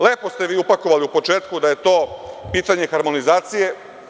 Lepo ste vi upakovali u početku da je to pitanje harmonizacije.